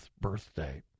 birthday